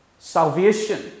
salvation